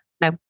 no